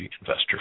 Investor